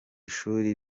shuri